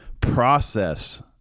process